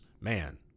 Man